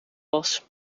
was